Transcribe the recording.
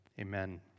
amen